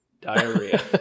Diarrhea